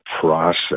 process